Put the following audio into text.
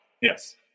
yes